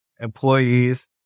Employees